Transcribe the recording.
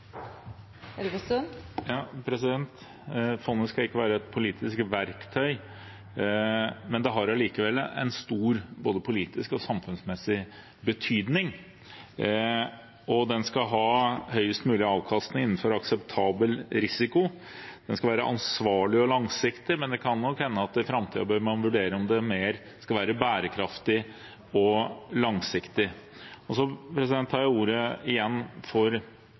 Fondet skal ikke være et politisk verktøy, men det har allikevel stor både politisk og samfunnsmessig betydning. Det skal ha høyest mulig avkastning innenfor akseptabel risiko. Det skal være ansvarlig og langsiktig, men det kan nok hende at man i framtiden bør vurdere om det mer skal være bærekraftig og langsiktig. Jeg tar ordet igjen for